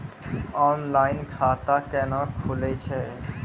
Online खाता केना खुलै छै?